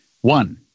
One